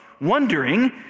wondering